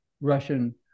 Russian